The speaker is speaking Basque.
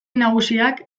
nagusiak